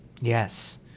Yes